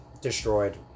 destroyed